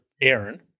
Aaron